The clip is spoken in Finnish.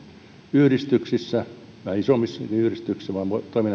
yhdistyksissä eikä vähän isommissakaan yhdistyksissä kun toiminnantarkastajan rajat eivät ylity tämä on hyvä